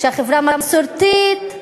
שהחברה מסורתית.